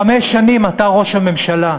חמש שנים אתה ראש הממשלה.